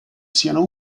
siano